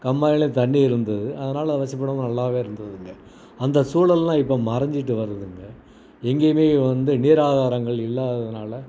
கம்மாயில் தண்ணியிருந்தது அதனால் வசிப்பிடமும் நல்லாவே இருந்ததுங்க அந்த சூழல்லாம் இப்போ மறைஞ்சிட்டு வருதுங்க எங்கேயுமே வந்து நீர் ஆகாரங்கள் இல்லாததுனால்